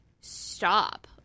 stop